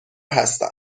هستم